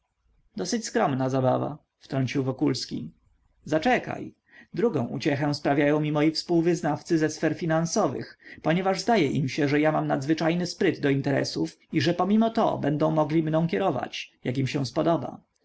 dosyć skromna zabawa wtrącił wokulski zaczekaj drugą uciechę sprawiają mi moi współwyznawcy ze sfer finansowych ponieważ zdaje im się że ja mam nadzwyczajny spryt do interesów i że pomimo to będą mną mogli kierować jak im się podoba